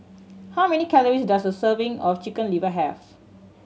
how many calories does a serving of Chicken Liver have